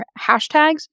hashtags